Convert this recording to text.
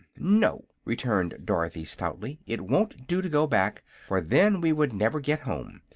no, returned dorothy, stoutly, it won't do to go back, for then we would never get home.